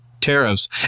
Tariffs